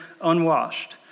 unwashed